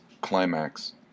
climax